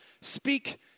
speak